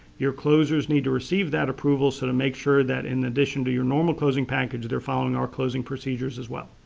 your closers need to receive that approval so sort of make sure that in addition to your normal closing package they're following our closing procedures as well.